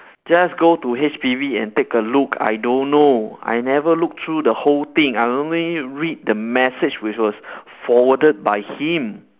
just go to H_P_B and take a look I don't know I never look through the whole thing I only read the message which was forwarded by him